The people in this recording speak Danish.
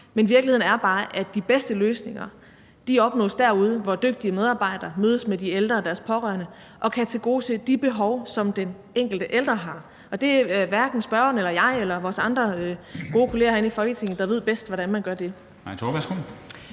Men virkeligheden er bare, at de bedste løsninger findes derude, hvor dygtige medarbejdere mødes med de ældre og deres pårørende og kan tilgodese de behov, som den enkelte ældre har. Det er hverken spørgeren eller mig eller de andre gode kollegaer herinde i Folketinget, der ved bedst, hvordan man gør det.